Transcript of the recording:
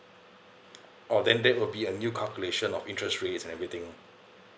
orh then there will be a new calculation of interest rates and everything lor